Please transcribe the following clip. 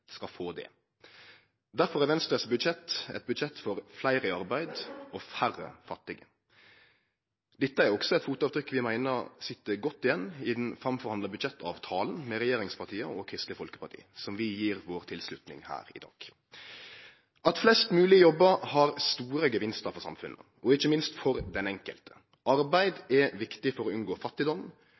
skal få det. Derfor er Venstres budsjett eit budsjett for fleire i arbeid og færre fattige. Dette er også eit fotavtrykk vi meiner sit godt igjen i den framforhandla budsjettavtalen med regjeringspartia og Kristeleg Folkeparti, som vi gjev vår tilslutning her i dag. At flest mogleg jobbar, har store gevinstar for samfunnet og ikkje minst for den enkelte. Arbeid er viktig for å unngå fattigdom,